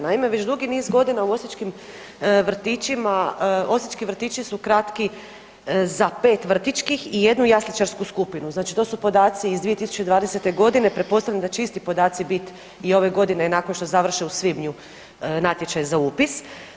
Naime, već dugi niz godina u osječkim vrtićima, osječki vrtići su kratki za 5 vrtićkih i jednu jasličarsku skupinu, znači to su podaci iz 2020.g., pretpostavljam da će isti podaci bit i ove godine nakon što završe u svibnju natječaji za upis.